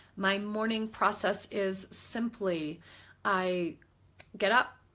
my morning process is simply i get up,